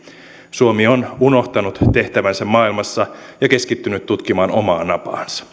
suomi on unohtanut tehtävänsä maailmassa ja keskittynyt tutkimaan omaa napaansa